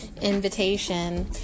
invitation